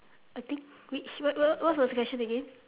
I think which what what what's the question again